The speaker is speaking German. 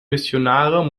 missionare